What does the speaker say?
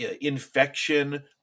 infection